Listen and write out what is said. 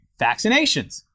vaccinations